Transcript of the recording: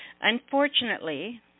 unfortunately